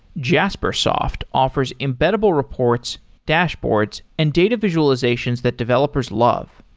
jaspersoft offers embeddable reports, dashboards and data visualizations that developers love.